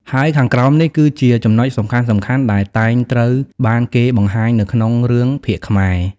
ហើយខាងក្រោមនេះ គឺជាចំណុចសំខាន់ៗដែលតែងត្រូវបានគេបង្ហាញនៅក្នុងរឿងភាគខ្មែរ។